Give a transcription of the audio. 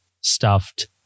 stuffed